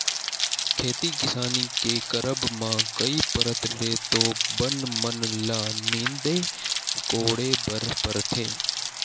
खेती किसानी के करब म कई परत ले तो बन मन ल नींदे कोड़े बर परथे